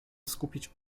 skupić